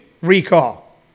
recall